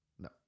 No